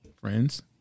Friends